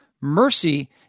Mercy